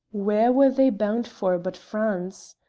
where were they bound for but france?